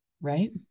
right